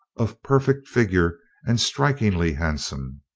of perfect figure and strikingly handsome.